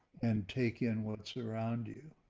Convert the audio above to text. and take in what's around you.